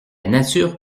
nature